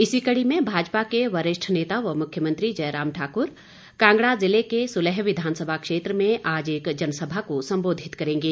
इसी कड़ी में भाजपा के वरिष्ठ नेता व मुख्यमंत्री जयराम ठाकुर कांगड़ा जिले के सुलह विधानसभा क्षेत्र में आज एक जनसभा को संबोधित करेंगे